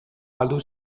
galdu